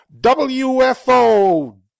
WFO